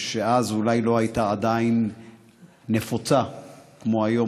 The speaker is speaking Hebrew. שאז אולי לא הייתה עדיין נפוצה כמו היום